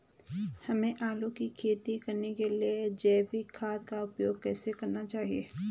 हमें आलू की खेती करने के लिए जैविक खाद का उपयोग कैसे करना चाहिए?